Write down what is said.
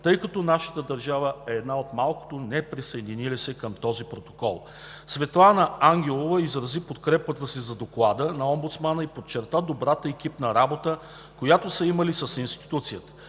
тъй като нашата държава е една от малкото неприсъединили се към този протокол. Госпожа Светлана Ангелова изрази подкрепата си за Доклада на омбудсмана и подчерта добрата екипна работа, която са имали с институцията.